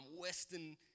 Western